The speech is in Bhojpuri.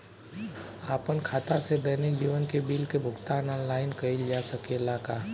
आपन खाता से दैनिक जीवन के बिल के भुगतान आनलाइन कइल जा सकेला का?